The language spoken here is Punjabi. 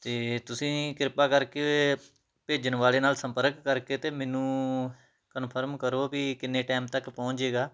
ਅਤੇ ਤੁਸੀਂ ਕਿਰਪਾ ਕਰਕੇ ਭੇਜਣ ਵਾਲੇ ਨਾਲ ਸੰਪਰਕ ਕਰਕੇ ਅਤੇ ਮੈਨੂੰ ਕਨਫਰਮ ਕਰੋ ਵੀ ਕਿੰਨੇ ਟਾਈਮ ਤੱਕ ਪਹੁੰਚ ਜਾਵੇਗਾ